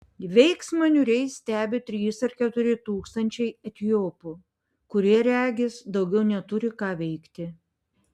veiksmą niūriai stebi trys ar keturi tūkstančiai etiopų kurie regis daugiau neturi ką veikti